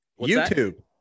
YouTube